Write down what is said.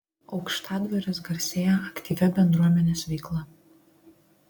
aukštadvaris garsėja aktyvia bendruomenės veikla